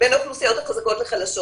בין האוכלוסיות החזקות לחלשות.